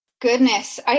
Goodness